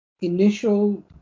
initial